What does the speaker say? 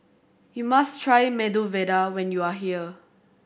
you must try Medu Vada when you are here